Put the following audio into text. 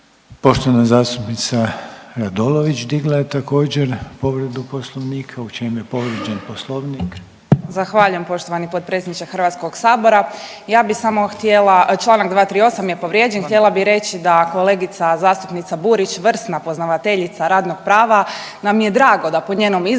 Poštovana zastupnica Radolović digla je također, povredu Poslovnika, u čemu je povrijeđen Poslovnik? **Radolović, Sanja (SDP)** Zahvaljujem poštovani potpredsjedniče HS-a, ja bih samo htjela, čl. 238 je povrijeđen, htjela bih reći da kolegica zastupnica Burić vrsna poznavateljica radnog prava nam je drago da po njenom izračunu